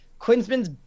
Quinsman's